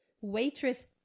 Waitress